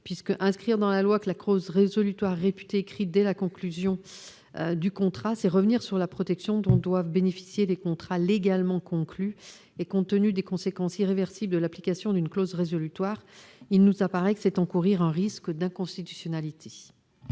Inscrire dans la loi que la clause résolutoire est réputée écrite dès la conclusion du contrat, c'est revenir sur la protection dont doivent bénéficier les contrats légalement conclus. Et compte tenu des conséquences irréversibles de l'application d'une clause résolutoire, c'est, selon nous, encourir un risque d'inconstitutionnalité.